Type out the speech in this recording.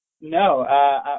No